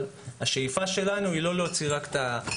אבל השאיפה שלנו היא לא להוציא רק את ההקמה.